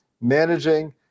managing